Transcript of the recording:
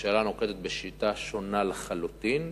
הממשלה נוקטת שיטה שונה לחלוטין.